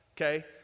Okay